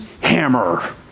hammer